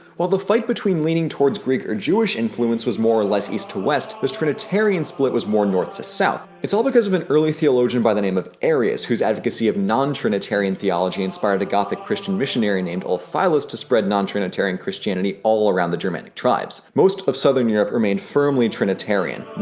while the fight between leaning towards greek or jewish influence was more or less east to west, this trinitarian split was more north to south. it's all because of an early theologian by the name of arius, whose advocacy of non-trinitarian theology inspired a gothic christian missionary named ulfilas to spread non-trinitarian christianity all around the germanic tribes. most of southern europe remained firmly trinitarian.